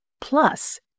plus